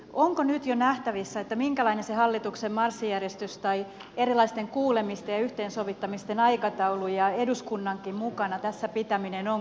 onko nyt jo nähtävissä minkälainen se hallituksen marssijärjestys tai erilaisten kuulemisten ja yhteensovittamisten aikataulu ja eduskunnankin tässä mukana pitäminen on